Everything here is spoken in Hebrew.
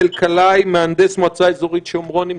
אלקלעי, מהנדס מועצה אזורית שומרון,